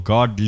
God